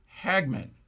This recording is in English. Hagman